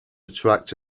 attract